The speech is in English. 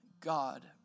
God